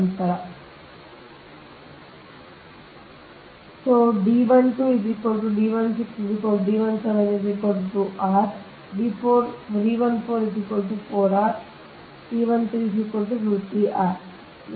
ಆದ್ದರಿಂದ ಮೊದಲು ನೀವು ನೋಡಬಹುದಾದದ್ದು 1 ರಿಂದ 2 ವಾಸ್ತವವಾಗಿ ಇದು 1 ಆಗಿದೆ